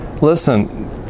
Listen